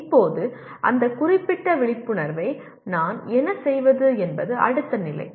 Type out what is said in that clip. இப்போது அந்த குறிப்பிட்ட விழிப்புணர்வை நான் என்ன செய்வது என்பது அடுத்த நிலை